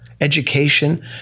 Education